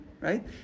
right